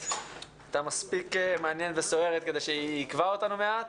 הייתה מספיק מעניינת וסוערת ועיכבה אותנו מעט.